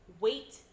wait